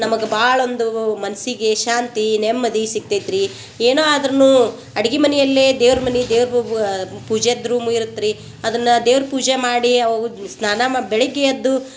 ನಮಗೆ ಭಾಳ ಒಂದು ಮನಸ್ಸಿಗೆ ಶಾಂತಿ ನೆಮ್ಮದಿ ಸಿಕ್ತೈತ್ರಿ ಏನೋ ಆದರೂನು ಅಡ್ಗಿ ಮನೆಯಲ್ಲೇ ದೇವ್ರ ಮನೆ ದೇವ್ರ ಬಬ್ಬುವ ಪೂಜೆದ್ರೂಮು ಇರತ್ತೆ ರೀ ಅದನ್ನ ದೇವ್ರ ಪೂಜೆ ಮಾಡಿ ಸ್ನಾನ ಮ ಬೆಳಗ್ಗೆ ಎದ್ದು